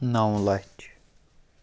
نَو لَچھ